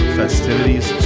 festivities